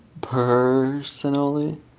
personally